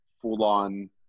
full-on